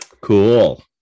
Cool